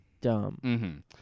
dumb